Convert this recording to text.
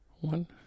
one